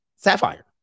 Sapphire